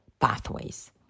pathways